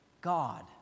God